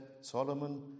Solomon